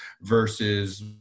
versus